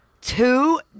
two